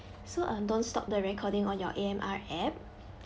so um don't stop the recording on your A_M_R app